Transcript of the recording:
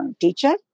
teacher